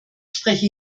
spreche